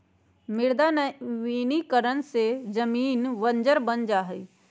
मृदा निम्नीकरण से जमीन बंजर बन जा हई